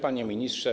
Panie Ministrze!